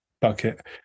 bucket